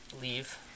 Leave